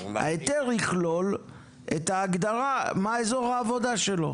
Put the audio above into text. ההיתר יכלול את ההגדרה מה אזור העבודה שלו?